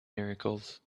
miracles